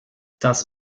das